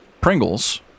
Pringles